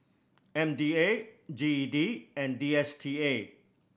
M D A G E D and D S T A